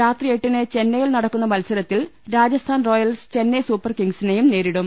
രാത്രി എട്ടിന് ചെന്നൈയിൽ നടക്കുന്ന മത്സ രത്തിൽ രാജസ്ഥാൻ റോയൽസ് ചെന്നൈ സൂപ്പർ കിങ്സിനെയും നേരിടും